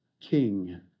king